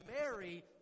Mary